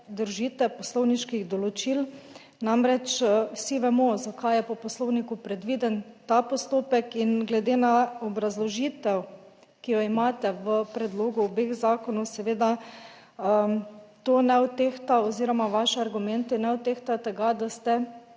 držite poslovniških določil, namreč vsi vemo, zakaj je po Poslovniku predviden ta postopek in glede na obrazložitev, ki jo imate v predlogu obeh zakonov, seveda to ne odtehta oziroma vaši argumenti ne odtehtajo tega, da ste